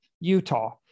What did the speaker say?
Utah